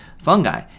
fungi